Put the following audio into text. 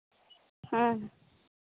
ᱦᱮᱸ